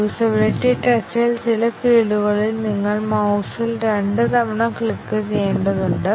usability ടെസ്റ്റിൽ ചില ഫീൽഡുകളിൽ നിങ്ങൾ മൌസിൽ രണ്ടുതവണ ക്ലിക്കുചെയ്യേണ്ടതുണ്ട്